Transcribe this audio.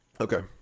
Okay